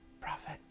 prophet